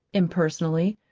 impersonally,